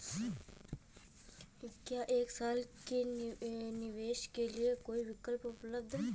क्या एक साल के निवेश के लिए कोई विकल्प उपलब्ध है?